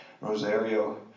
Rosario